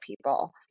people